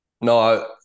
No